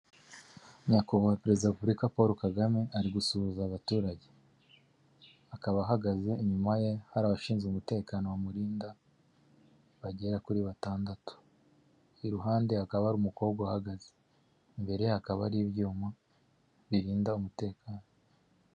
Nyakubahwa perezida wa repubulika Paul Kagame ari gusuhuza abaturage akaba ahagaze, inyuma ye hari abashinzwe umutekano bamurinda bagera kuri batandatu, iruhande hakaba hari umukobwa uhagaze imbere hakaba hari ibyuma birinda umutekano.